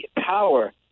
power